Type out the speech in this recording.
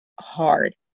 hard